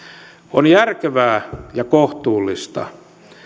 on järkevää ja kohtuullista